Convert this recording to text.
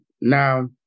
Now